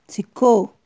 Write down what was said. ਸਿੱਖੋ